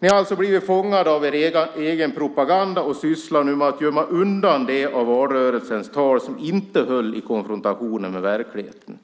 Ni har alltså blivit fångade av er egen propaganda och sysslar nu med att gömma undan de av valrörelsens tal som inte höll i konfrontationen med verkligheten.